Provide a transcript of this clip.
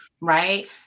right